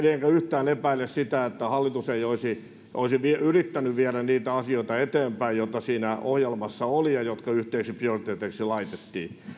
enkä yhtään epäile sitä että hallitus ei olisi olisi yrittänyt viedä eteenpäin niitä asioita joita siinä ohjelmassa oli ja jotka yhteisiksi prioriteeteiksi laitettiin